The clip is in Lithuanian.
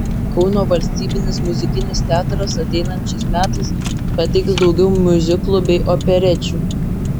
kauno valstybinis muzikinis teatras ateinančiais metais pateiks daugiau miuziklų bei operečių